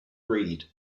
breed